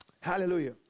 Hallelujah